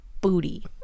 booty